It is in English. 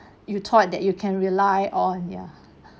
you thought that you can rely on ya